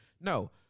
No